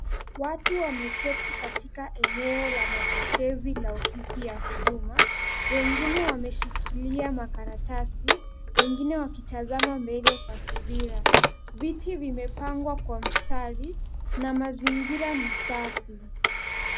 Watu wameketi katika eneo la mapokezi la ofisi ya huduma, wengine wameshikilia makaratasi, wengine wakitazama mbele kwa subira. Viti vimepangwa kwa mstari na mazingira ni safi.